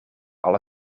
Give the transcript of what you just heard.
alle